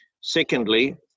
Secondly